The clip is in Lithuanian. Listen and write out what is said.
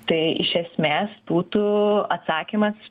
tai iš esmės būtų atsakymas